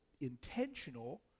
intentional